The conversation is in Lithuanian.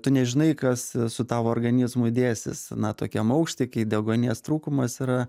tu nežinai kas su tavo organizmu dėsis na tokiam aukšty kai deguonies trūkumas yra